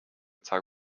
цаг